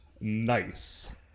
Nice